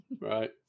Right